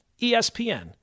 ESPN